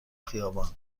خیابان